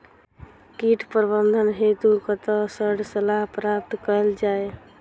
कीट प्रबंधन हेतु कतह सऽ सलाह प्राप्त कैल जाय?